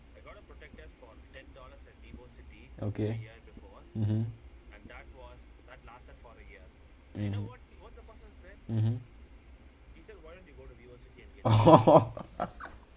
okay mmhmm mmhmm mmhmm oh